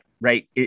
right